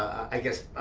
i guess,